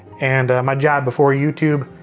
and my job before youtube,